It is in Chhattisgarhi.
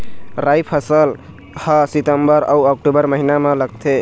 राई फसल हा सितंबर अऊ अक्टूबर महीना मा लगथे